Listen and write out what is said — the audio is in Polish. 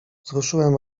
wzruszyłem